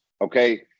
okay